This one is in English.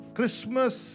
Christmas